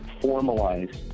formalize